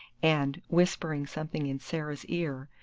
and, whispering something in sarah's ear,